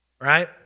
right